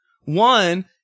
one